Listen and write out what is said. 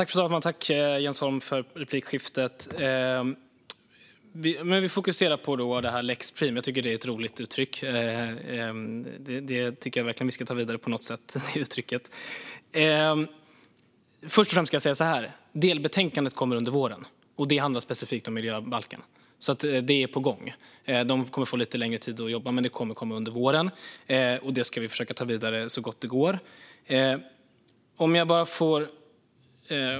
Fru talman! Tack, Jens Holm, för replikskiftet! Vi fokuserar på lex Preem. Jag tycker att det är ett roligt uttryck. Jag tycker verkligen att vi ska ta det vidare på något sätt, det uttrycket. Först och främst ska jag säga så här: Delbetänkandet kommer under våren, och det handlar specifikt om miljöbalken. Det är alltså på gång. De kommer att få lite längre tid att jobba, men det kommer under våren. Det ska vi försöka ta vidare så gott det går.